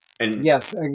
Yes